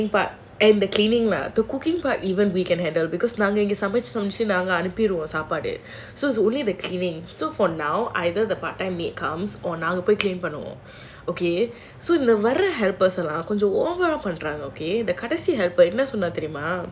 the cooking and cleaning part and the cleaning lah the cooking part even we can handle because நாங்க வந்து அனுப்பிடுவோம் சாப்பாடு:naanga vandhu anuppiduvom saapaadu so it's only the cleaning so for now either the part time maid comes or கொஞ்சம்:konjam over ah பண்றாங்க இந்த கடைசில வந்த பயன் என்ன சொன்னான் தெரியுமா:pandraanga indha kadaisila vandha payan enna sonnaan theriyumaa